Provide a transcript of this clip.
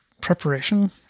preparation